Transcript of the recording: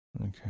Okay